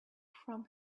from